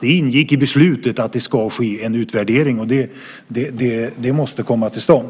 Det ingick i beslutet att det ska ske en utvärdering. Det måste komma till stånd.